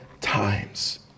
times